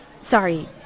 Sorry